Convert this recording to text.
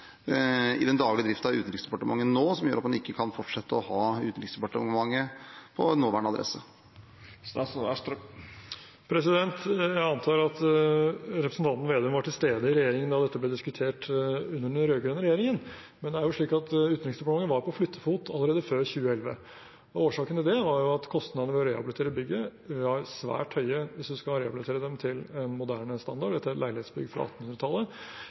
i den daglige driften av Utenriksdepartementet nå som gjør at man ikke kan fortsette å ha Utenriksdepartementet på nåværende adresse? Jeg antar at representanten Slagsvold Vedum var til stede i regjeringen da dette ble diskutert under den rød-grønne regjeringen, og Utenriksdepartementet var på flyttefot allerede før 2011. Årsaken til det var at kostnadene ved å rehabilitere bygget var svært høye hvis man skulle rehabilitere det til en moderne standard – dette er et leilighetsbygg fra